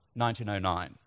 1909